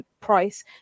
price